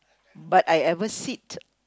but I ever sit